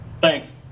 Thanks